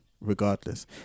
regardless